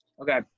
Okay